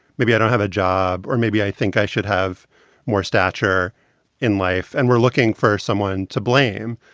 maybe i don't have a job or maybe i think i should have more stature in life. and we're looking for someone to blame.